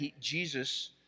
Jesus